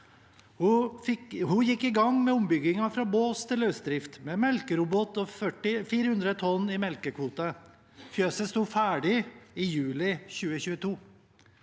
Hun gikk i gang med ombygging fra båsfjøs til løsdrift med melkerobot og 400 tonn i melkekvote. Fjøset sto ferdig i juli 2022.